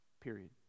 Period